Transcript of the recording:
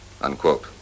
unquote